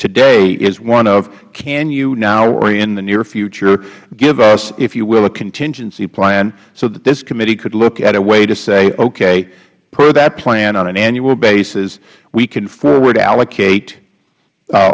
today is one of can you now or in the near future give us if you will a contingency plan so that this committee could look at a way to say okay per that plan on an annual basis we can forward allocate